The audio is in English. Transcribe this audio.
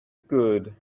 good